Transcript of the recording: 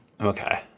Okay